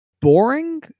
boring